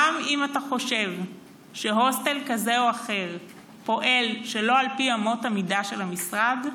גם אם אתה חושב שהוסטל כזה או אחר פועל שלא לפי אמות המידה של המשרד,